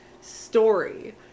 story